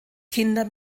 kinder